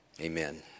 amen